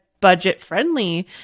budget-friendly